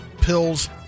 pills